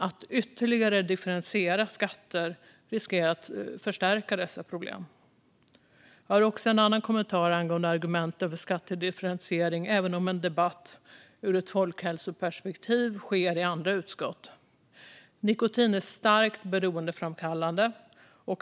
Att ytterligare differentiera skatter riskerar att förstärka dessa problem. Jag har också en kommentar angående argumenten för skattedifferentiering även om en debatt ur ett folkhälsoperspektiv sker i andra utskott. Nikotin är starkt beroendeframkallande.